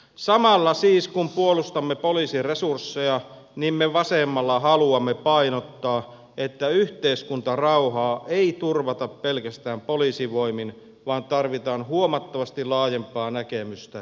samalla siis kun puolustamme poliisin resursseja me vasemmalla haluamme painottaa että yhteiskuntarauhaa ei turvata pelkästään poliisivoimin vaan tarvitaan huomattavasti laajempaa näkemystä ja keinovalikoimaa